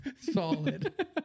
solid